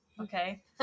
okay